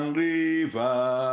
river